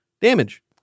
Damage